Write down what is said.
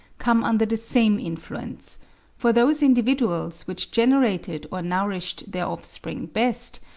come under the same influence for those individuals which generated or nourished their offspring best,